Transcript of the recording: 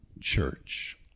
church